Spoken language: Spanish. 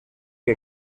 que